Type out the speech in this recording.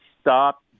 stop